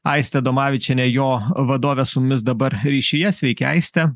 aistė adomavičienė jo vadovė su mis dabar ryšyje sveiki aiste